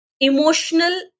emotional